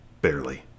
Barely